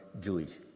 Jewish